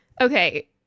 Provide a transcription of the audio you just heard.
Okay